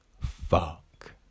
fuck